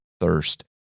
thirst